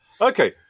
Okay